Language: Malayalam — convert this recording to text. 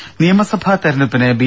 ദേദ നിയമസഭാ തെരഞ്ഞെടുപ്പിന് ബി